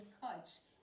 cuts